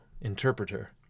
interpreter